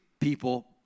people